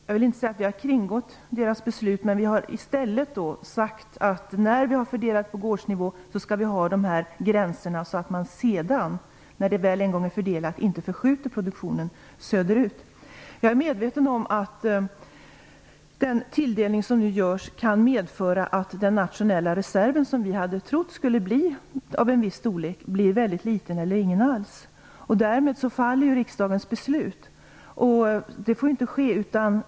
Jag vill inte säga att vi har kringgått EU:s beslut, men vi har sagt att vi skall ha dessa gränser så att inte produktionen förskjuts söderut när man väl har fördelat på gårdsnivå. Jag är medveten om att den tilldelning som nu görs kan medföra att den nationella reserv som vi hade trott skulle bli av en viss storlek blir väldigt liten eller ingen alls. Därmed faller riksdagens beslut. Det får inte ske.